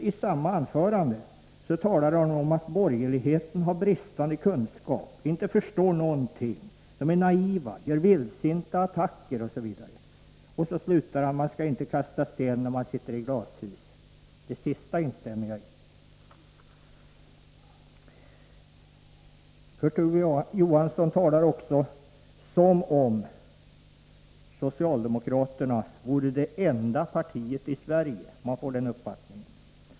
I samma anförande talade han om att borgerligheten har bristande kunskap, inte förstår någonting, är naiv, gör vildsinta attacker, osv. Han slutar med att säga att man inte skall kasta sten när man sitter i glashus. Det sista instämmer jag i. Kurt Ove Johansson talar som om det socialdemokratiska partiet vore det enda partiet i Sverige — man får den uppfattningen.